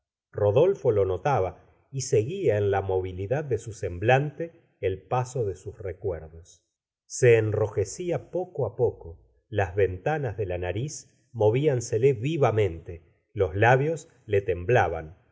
rodolfo lo notaba y seguía en la movilidad de su semblante el paso de sus recuerdos se enrojecía poco á poco las ventanas de la nariz moviansele vivamente los labios le temblaban